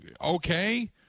okay